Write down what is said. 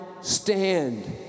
stand